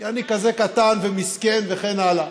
כי אני כזה קטן ומסכן וכן הלאה.